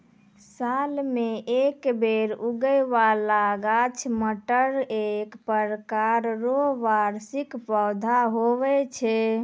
साल मे एक बेर उगै बाला गाछ मटर एक प्रकार रो वार्षिक पौधा हुवै छै